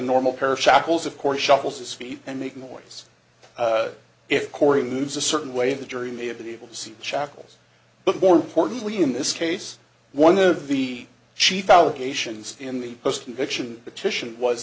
speed and make noise if corey moves a certain way the jury may have been able to see chuckles but more importantly in this case one of the chief allegations in the post conviction petition was